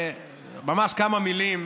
ממש כמה מילים